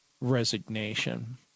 resignation